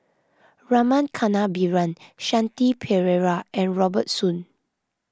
Rama Kannabiran Shanti Pereira and Robert Soon